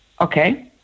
Okay